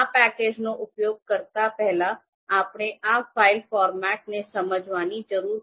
આ પેકેજનો ઉપયોગ શરૂ કરતા પહેલા આપણે આ ફાઇલ ફોર્મેટને સમજવાની જરૂર છે